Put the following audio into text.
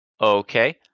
Okay